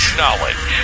knowledge